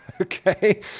Okay